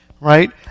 Right